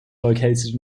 located